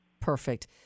Perfect